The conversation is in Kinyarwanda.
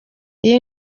iyo